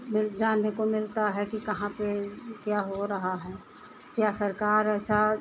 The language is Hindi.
मिल जानने को मिलता है कि कहाँ पर क्या हो रहा है क्या सरकार ऐसा